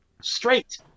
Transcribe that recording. straight